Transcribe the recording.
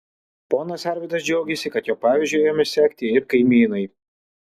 ponas arvydas džiaugėsi kad jo pavyzdžiu ėmė sekti ir kaimynai